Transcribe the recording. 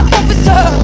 officer